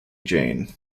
jane